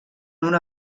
una